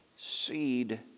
seed